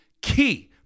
key